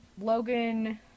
Logan